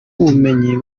ubumenyi